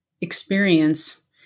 experience